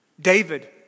David